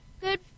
good